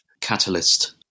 Catalyst